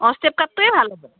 অঁ ষ্টেপ কাটটোৱে ভাল হ'ব